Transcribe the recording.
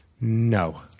No